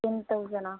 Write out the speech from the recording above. ten தௌசண்ட்னா